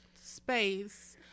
space